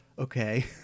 Okay